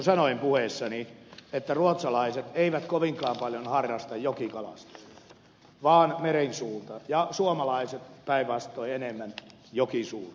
niin kuin sanoin puheessani ruotsalaiset eivät kovinkaan paljon harrasta jokikalastusta vaan merensuuta ja suomalaiset päinvastoin enemmän jokisuuta